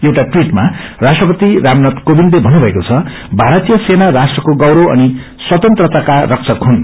एउटा टवीटमा राष्ट्रपति रामनाथ कोविन्दले भन्नुभएको छ भारतीय सेना राष्ट्रको गौरव अनि स्वतन्त्रताको रक्षक हुनु